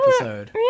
episode